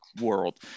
world